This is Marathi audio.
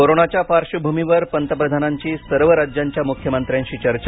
कोरोनाच्या पार्श्वभूमीवर पंतप्रधानांची सर्व राज्यांच्या मुख्यमंत्र्यांशी चर्चा